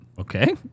Okay